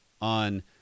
on